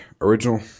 original –